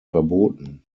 verboten